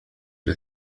إلى